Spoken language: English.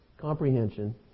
comprehension